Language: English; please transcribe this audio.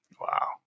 Wow